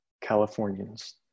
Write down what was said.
Californians